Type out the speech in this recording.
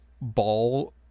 ball